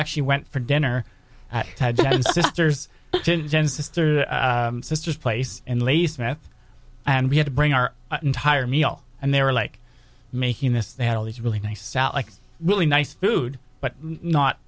actually went for dinner and sisters and sister sisters place and lisa meth and we had to bring our entire meal and they were like making this they had all these really nice out like really nice food but not